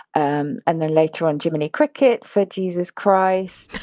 and and then later on jiminy cricket for! jesus christ,